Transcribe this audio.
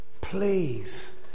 please